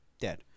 dead